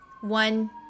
one